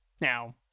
Now